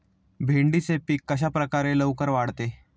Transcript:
भेंडीचे पीक कशाप्रकारे लवकर वाढते?